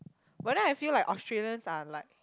but then I feel like Australians are like